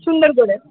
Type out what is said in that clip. সুন্দর করে